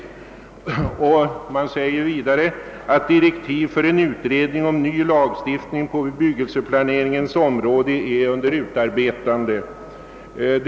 Utskottet säger vidare att direktiv för en utredning om ny lagstiftning på bebyggelseplaneringens område är under utarbetande.